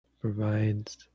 provides